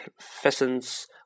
pheasants